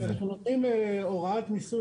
כשאנחנו נותנים הוראת ניסוי,